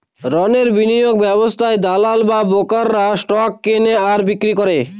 রণের বিনিয়োগ ব্যবস্থায় দালাল বা ব্রোকার স্টক কেনে আর বিক্রি করে